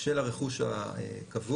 של הרכוש הקבוע,